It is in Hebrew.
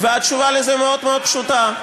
התשובה לזה מאוד מאוד פשוטה.